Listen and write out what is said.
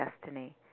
destiny